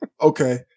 Okay